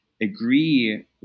agree